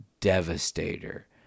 devastator